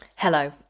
Hello